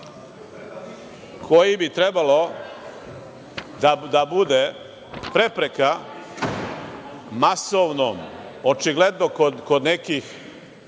koji bi trebalo da bude prepreka masovnom, očigledno kod nekih